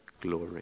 glory